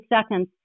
seconds